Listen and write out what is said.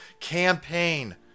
Campaign